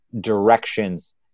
directions